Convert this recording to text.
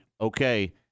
okay